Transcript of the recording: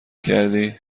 کردی